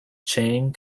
chang